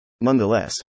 Nonetheless